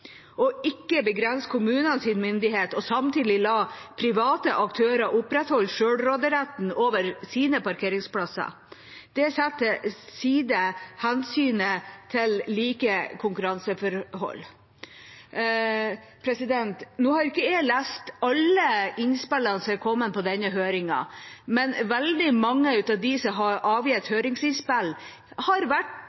parkering, ikke begrense kommunenes myndighet og samtidig la private aktører opprettholde selvråderetten over sine parkeringsplasser. Det setter til side hensynet til like konkurranseforhold. Nå har ikke jeg lest alle innspillene som er kommet til denne høringen, men veldig mange av dem som har avgitt